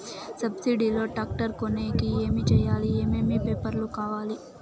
Subsidy లో tractor తీసుకొనేకి ఏమి చేయాలి? ఏమేమి పేపర్లు కావాలి?